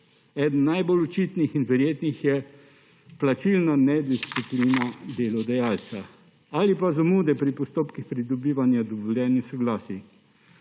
Eden najbolj očitnih in verjetnih je plačilna nedisciplina delodajalca ali pa zamude pri postopkih pridobivanja dovoljenj in soglasij.